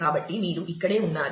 కాబట్టి మీరు ఇక్కడే ఉన్నారు